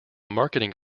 marketing